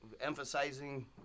emphasizing